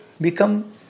become